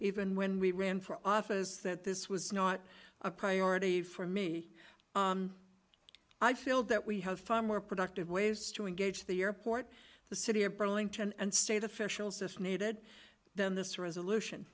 even when we ran for office that this was not a priority for me i feel that we have far more productive ways to engage the airport the city of burlington and state officials if needed than this resolution